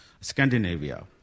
Scandinavia